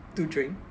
to drink